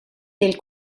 del